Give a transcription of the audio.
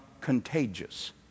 contagious